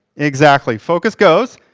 exactly. focus goes,